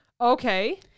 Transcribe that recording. Okay